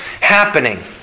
happening